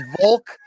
Volk